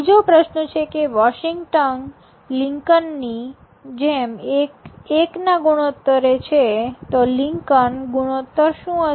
બીજો પ્રશ્ન છે કે વોશીંગટન લિંકનની જેમ એક ના ગુણોત્તરે છે તો લિંકન ગુણોત્તર શુ હશે